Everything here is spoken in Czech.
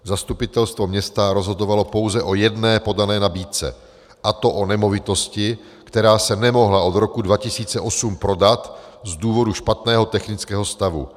Zastupitelstvo města rozhodovalo pouze o jedné podané nabídce, a to nemovitosti, která se nemohla od roku 2008 prodat z důvodu špatného technického stavu.